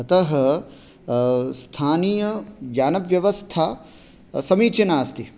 अतः स्थानीययानव्यवस्था समीचीनास्ति